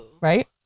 right